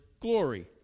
glory